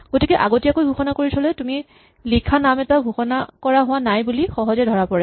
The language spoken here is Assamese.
গতিকে আগতীয়াকৈ ঘোষণা কৰি থ'লে ভুলকৈ লিখা নাম এটা ঘোষণা কৰা হোৱা নাই বুলি সহজে ধৰা পৰে